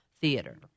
theater